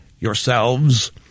yourselves